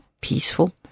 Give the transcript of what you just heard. peaceful